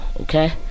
Okay